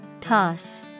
Toss